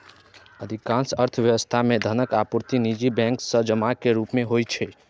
अधिकांश अर्थव्यवस्था मे धनक आपूर्ति निजी बैंक सं जमा के रूप मे होइ छै